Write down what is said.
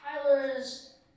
Tyler's